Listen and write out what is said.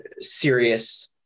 serious